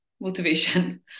motivation